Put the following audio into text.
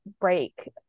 break